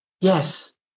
yes